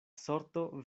sorto